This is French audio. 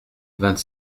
vingt